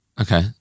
Okay